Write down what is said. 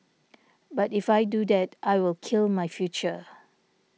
but if I do that I will kill my future